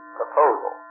proposal